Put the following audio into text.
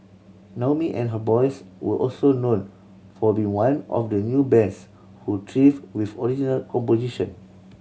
Naomi and her boys were also known for being one of the few bands who thrived with original composition